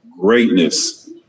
greatness